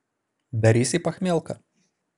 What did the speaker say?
darysi pachmielką